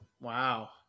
Wow